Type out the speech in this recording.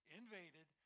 invaded